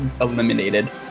eliminated